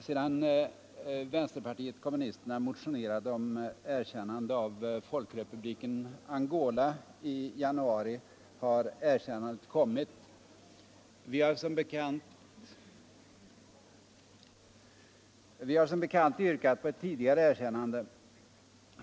Fru talman! Sedan vänsterpartiet kommunisterna motionerade om erkännande av Folkrepubliken Angola i januari har erkännandet kommit. Vi har som bekant yrkat på ett tidigare erkännande.